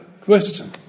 question